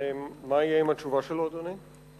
מה יהיה עם התשובה שלו, אדוני?